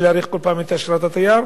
ולהאריך כל פעם את אשרת התייר,